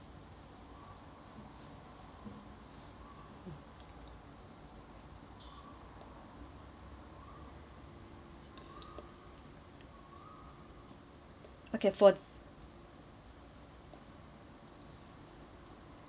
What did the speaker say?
okay for